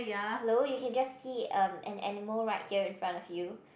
hello you can just see um an animal right here in front of you